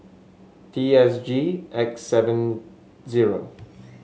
T S G X seven zero